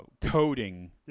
coding